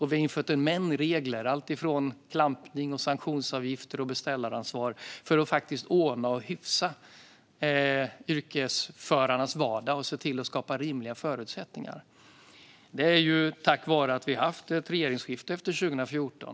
Vi har infört en mängd regler, allt från klampning till sanktionsavgifter och beställaransvar, för att ordna och hyfsa yrkesförarnas vardag och se till att rimliga förutsättningar skapas. Detta är tack vare att vi hade ett regeringsskifte 2014.